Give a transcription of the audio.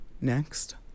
Next